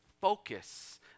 focus